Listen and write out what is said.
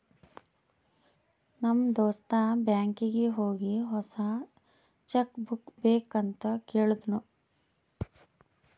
ನಮ್ ದೋಸ್ತ ಬ್ಯಾಂಕೀಗಿ ಹೋಗಿ ಹೊಸಾ ಚೆಕ್ ಬುಕ್ ಬೇಕ್ ಅಂತ್ ಕೇಳ್ದೂನು